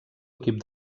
equip